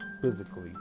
physically